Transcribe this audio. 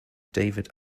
david